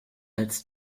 als